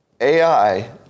AI